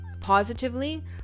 positively